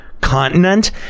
continent